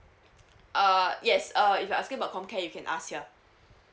err yes uh if you're asking about comcare you can ask here